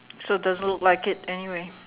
so doesn't look like it anyway